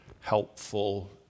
helpful